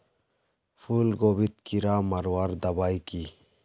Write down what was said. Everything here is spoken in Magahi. फूलगोभीत कीड़ा मारवार दबाई की?